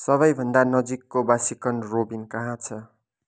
सबैभन्दा नजिकको Baskin Robbins कहाँ छ